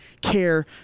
care